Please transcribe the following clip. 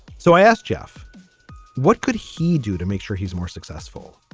so i asked jeff what could he do to make sure he's more successful.